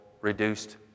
reduced